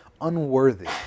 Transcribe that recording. unworthy